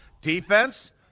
Defense